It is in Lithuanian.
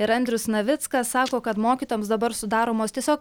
ir andrius navickas sako kad mokytojams dabar sudaromos tiesiog